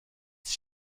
dich